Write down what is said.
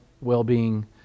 well-being